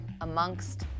amongst